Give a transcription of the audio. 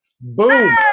Boom